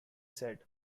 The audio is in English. said